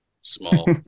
small